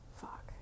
Fuck